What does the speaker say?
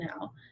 now